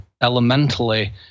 elementally